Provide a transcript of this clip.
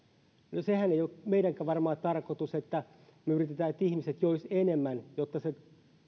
no sehän ei ole varmaan meidänkään tarkoituksemme että me yritämme että ihmiset joisivat enemmän jotta se